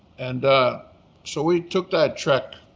and so we took that trek.